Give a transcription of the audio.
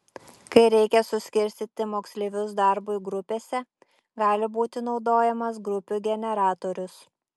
kai reikia suskirstyti moksleivius darbui grupėse gali būti naudojamas grupių generatorius